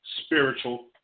spiritual